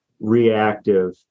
reactive